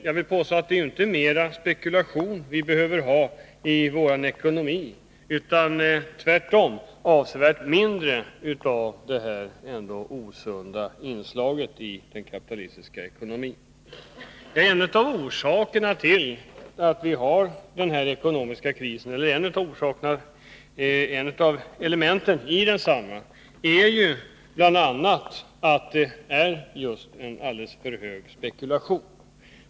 Jag vill påstå att det inte är mer spekulation vi behöver ha i vår ekonomi, utan tvärtom avsevärt mindre av detta osunda inslag i den kapitalistiska ekonomin. Ett av elementen i den ekonomiska krisen är bl.a. att det råder en alldeles för omfattande spekulation.